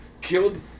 killed